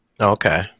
Okay